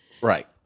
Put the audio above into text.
Right